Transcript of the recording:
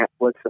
Netflix